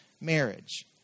marriage